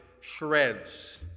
shreds